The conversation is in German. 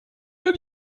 der